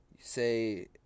say